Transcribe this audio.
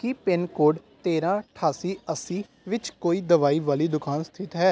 ਕੀ pin code ਤੇਰ੍ਹਾਂ ਅਠਾਸੀ ਅੱਸੀ ਵਿੱਚ ਕੋਈ ਦਵਾਈ ਵਾਲੀ ਦੁਕਾਨ ਸਥਿਤ ਹੈ